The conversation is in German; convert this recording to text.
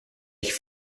ich